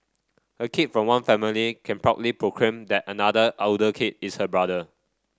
a kid from one family can proudly proclaim that another elder kid is her brother